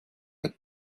как